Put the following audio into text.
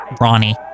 Ronnie